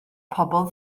pobl